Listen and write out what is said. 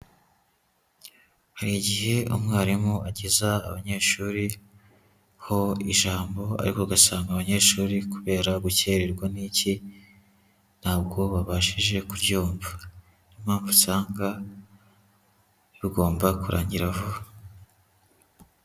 Hari igihe umwarimu ageza abanyeshuri ho ijambo ariko ugasanga abanyeshuri kubera gukererwa n'iki ntabwo babashije kuryumva, niyo mpamvu usanga bigomba kurangira vuba.